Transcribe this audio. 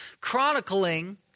chronicling